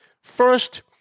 First